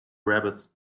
rabbits